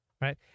right